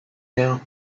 now